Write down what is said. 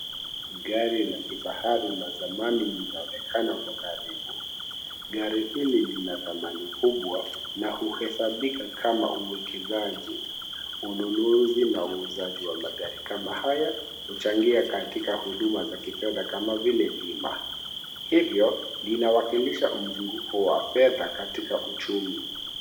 Gari la kifahari la zamani linaonekana kwa karibu. Gari hili lina dhamani kubwa na huhesabika kama uwekezaji, ununuzi na uuzaji wa magari kama haya huchangia katika huduma za kifedha kama vile bima. Hivyo linawakilisha mzunguko wa fedha katika uchumi.